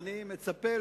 ואני מצפה,